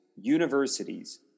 universities